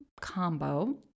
combo